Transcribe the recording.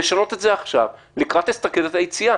לשנות את זה עכשיו לקראת אסטרטגיית היציאה.